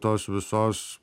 tos visos